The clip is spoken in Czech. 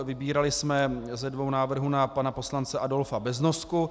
Vybírali jsme ze dvou návrhů na pana poslance Adolfa Beznosku.